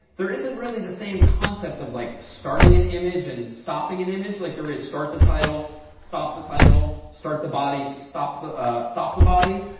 there isn't really the same concept of like starting an image and stopping an image like there is start the title stop the title, start the body, stop the ah stop the body.